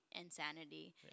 insanity